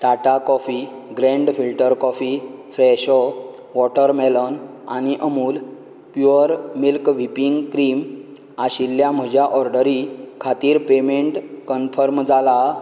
Tata coffee grand filter coffee Fresho watermelon आनी Amul pure milk whipping cream आशिल्ल्या म्हज्या ऑर्डरी खातीर पेमेंट कन्फर्म जाला